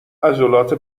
عضلات